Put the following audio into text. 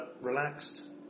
relaxed